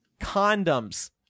condoms